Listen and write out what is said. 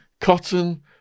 cotton